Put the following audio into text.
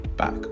back